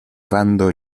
bando